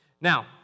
Now